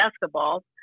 basketball